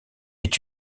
est